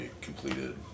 completed